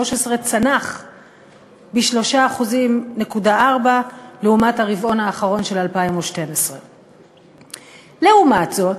צנח ב-3.4% לעומת הרבעון האחרון של 2012. לעומת זאת,